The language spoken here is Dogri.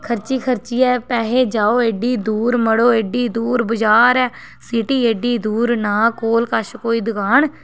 खर्ची खर्चियै पैहे जाओ एड्डी दूर मड़ो एड्डी दूर बजार ऐ सिटी एड्डी दूर नां कोल कश कोई दकान